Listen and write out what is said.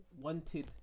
wanted